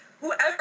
Whoever